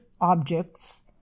objects